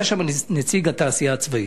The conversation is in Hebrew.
היה שם נציג התעשייה הצבאית,